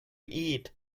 eat